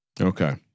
Okay